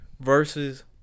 versus